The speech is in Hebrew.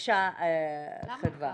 בבקשה חדווה.